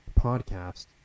podcast